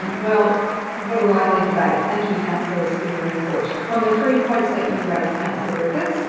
well what a lively debate. thank you, councillors, for your input. on the three points that you raised, councillor griffiths,